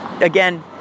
Again